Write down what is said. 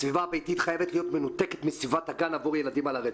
הסביבה הביתית חייבת להיות מנותקת מסביבת הגן עבור ילדים על הרצף.